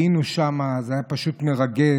היינו שם, זה היה פשוט מרגש